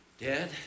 Dad